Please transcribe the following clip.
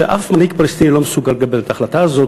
ואף מנהיג פלסטיני לא מסוגל לקבל את ההחלטה הזאת,